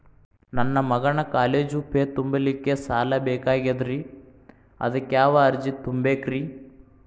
ನನ್ನ ಮಗನ college fee ತುಂಬಲಿಕ್ಕೆ ಸಾಲ ಬೇಕಾಗೆದ್ರಿ ಅದಕ್ಯಾವ ಅರ್ಜಿ ತುಂಬೇಕ್ರಿ?